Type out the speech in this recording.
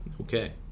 okay